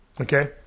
Okay